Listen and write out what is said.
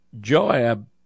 Joab